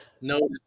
no